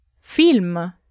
Film